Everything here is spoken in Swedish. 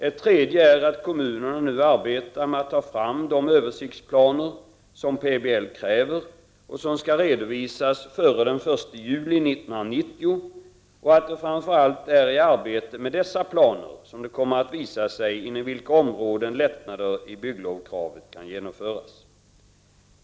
Ett tredje är att kommunerna nu arbetar med att ta fram de översiktsplaner som PBL kräver, och som skall redovisas före den 1 juli 1990, och att det framför allt är i arbetet med dessa planer som det kommer att visa sig inom vilka områden lättnader i bygglovskravet kan genomföras.